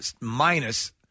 minus